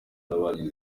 n’abagize